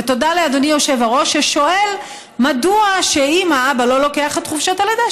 ותודה לאדוני היושב-ראש ששואל מדוע אם האבא לא לוקח את חופשת הלידה,